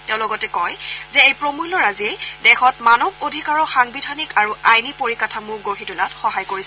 তেওঁ লগতে কয় যে এই প্ৰমূল্যৰাজিয়েই দেশত মানৱ অধিকাৰৰ সাংবিধানিক আৰু আইনী পৰিকাঠামো গঢ়ি তোলাত সহায় কৰিছে